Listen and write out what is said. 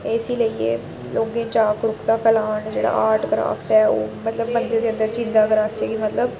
इसी लेइयै लोकें च जागरुकता फैलान जेह्ड़ा आर्ट क्राफ्ट ऐ ओह् मतलब बंदे दे अंदर जींदा कराचै कि मतलब